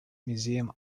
museum